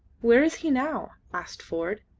where is he now? asked ford.